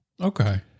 Okay